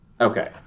okay